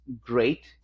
great